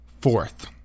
fourth